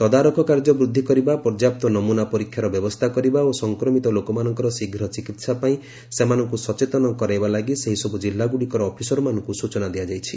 ତଦାରଖ କାର୍ଯ୍ୟ ବୃଦ୍ଧି କରିବା ପର୍ଯ୍ୟାପ୍ତ ନମୁନା ପରୀକ୍ଷାର ବ୍ୟବସ୍ଥା କରିବା ଓ ସଂକ୍ରମିତ ଲୋକମାନଙ୍କର ଶୀଘ୍ର ଚିକିତ୍ସା ପାଇଁ ସେମାନଙ୍କୁ ସଚେତନ କରାଇବା ଲାଗି ସେହିସବୁ ଜିଲ୍ଲାଗୁଡ଼ିକର ଅଫିସରମାନଙ୍କୁ ସୂଚନା ଦିଆଯାଇଛି